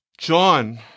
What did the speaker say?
John